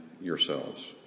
yourselves